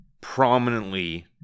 prominently